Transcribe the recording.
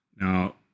now